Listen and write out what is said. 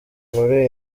muri